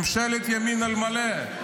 ממשלת ימין על מלא: